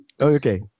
Okay